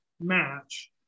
match